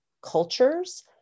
cultures